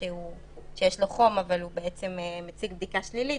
שיש לו חום אבל הוא מציג בדיקה שלילית,